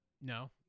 No